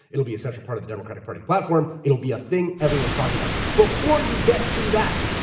it'll be a central part of the democratic party platform, it'll be a thing everyone's talking about. before you get to that,